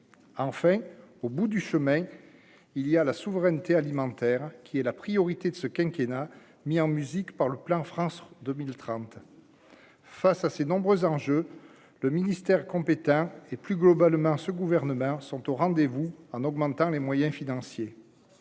enfin au bout du chemin, il y a la souveraineté alimentaire qui est la priorité de ce quinquennat mis en musique par le plan France 2030 face à ces nombreux enjeux le ministère compétent et plus globalement ce gouvernement sont au rendez-vous, en augmentant les moyens financiers,